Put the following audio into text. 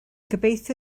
gobeithio